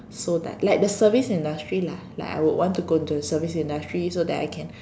so died like the service industry lah like I would want to go into the service industry so that I can